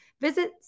visit